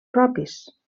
propis